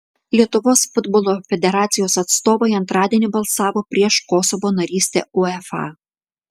lietuvos futbolo federacijos atstovai antradienį balsavo prieš kosovo narystę uefa